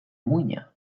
muina